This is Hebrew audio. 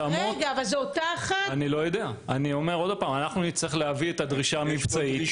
אנחנו נצטרך להביא את הדרישה המקצועית,